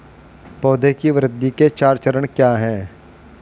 पौधे की वृद्धि के चार चरण क्या हैं?